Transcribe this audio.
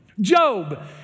Job